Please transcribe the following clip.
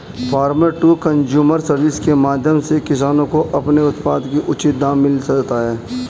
farmer to consumer service के माध्यम से किसानों को अपने उत्पाद का उचित दाम मिल जाता है